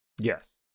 Yes